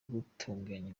gutunganya